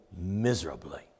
miserably